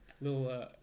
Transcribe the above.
Little